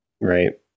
Right